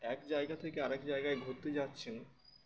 এক জায়গা থেকে আরেক জায়গায় ঘুরতে যাচ্ছেন